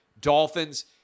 Dolphins